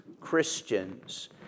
Christians